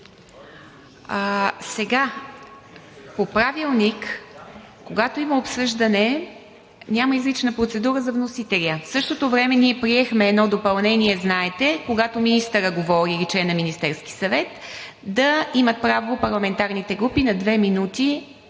Сега по Правилник, когато има обсъждане, няма изрична процедура за вносителя. В същото време ние приехме едно допълнение, знаете, когато министърът говори или член на Министерския съвет, да имат право парламентарните групи на две минути